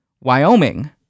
Wyoming